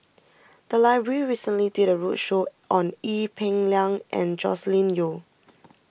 the library recently did a roadshow on Ee Peng Liang and Joscelin Yeo